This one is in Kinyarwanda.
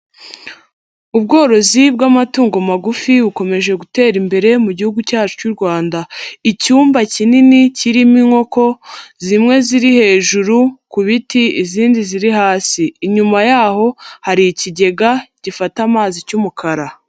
Ubworozi bw'amatungo magufi bukomeje gutera imbere mu gihugu cyacu cy'u Rwanda, icyumba kinini kirimo inkoko zimwe ziri hejuru ku biti izindi ziri hasi, inyuma yaho hari ikigega gifata amazi cy'umukara.